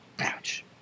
Ouch